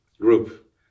group